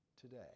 today